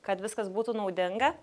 kad viskas būtų naudinga